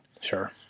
Sure